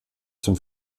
zum